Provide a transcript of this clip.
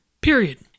Period